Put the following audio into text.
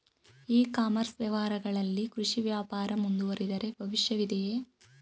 E commerce ವ್ಯವಹಾರಗಳಲ್ಲಿ ಕೃಷಿ ವ್ಯಾಪಾರ ಮುಂದುವರಿದರೆ ಭವಿಷ್ಯವಿದೆಯೇ?